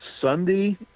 Sunday